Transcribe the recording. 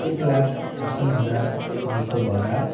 एक लाख छप्पन हज़ार पान सौ बारह